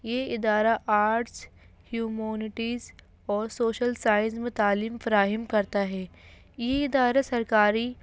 یہ ادارہ arts humanities اور سوشل سائنس میں تعلیم فراہم کرتا ہے یہ ادارہ سرکاری